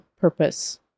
purpose